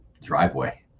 driveway